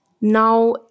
Now